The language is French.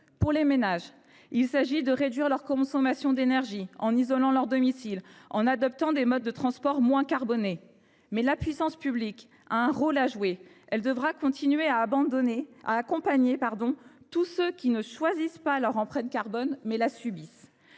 Les ménages devront réduire leur consommation d’énergie en isolant leur domicile et en adoptant des modes de transport moins carbonés. La puissance publique a aussi un rôle à jouer. Elle devra continuer à accompagner tous ceux qui ne choisissent pas leur empreinte carbone, mais la subissent.